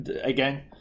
Again